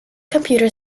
computer